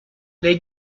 les